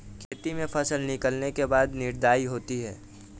खेती में फसल निकलने के बाद निदाई होती हैं?